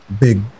big